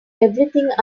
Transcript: everything